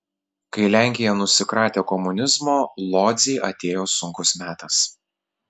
kai lenkija nusikratė komunizmo lodzei atėjo sunkus metas